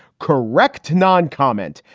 correct. non comment.